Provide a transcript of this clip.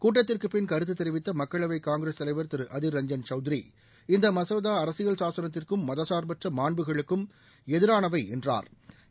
கூட்டத்திற்கு பின் கருத்து தெரிவித்த மக்களவை காங்கிரஸ் தலைவர் திரு அதிர்ரஞ்சன் சவுத்திரி இந்த மசோதா அரசியல் சாசனத்திற்கும் மதசார்பற்ற மான்புகளுக்கும் எதிரான என்றாா்